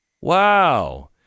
wow